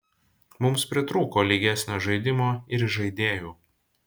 mums pritrūko lygesnio žaidimo ir žaidėjų